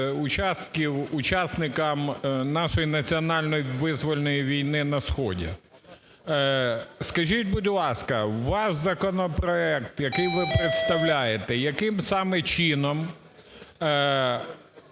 учасникам нашої національно-визвольної війни на Сході. Скажіть, будь ласка, ваш законопроект, який ви представляєте, яким саме чином